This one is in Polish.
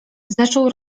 zaczął